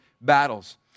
battles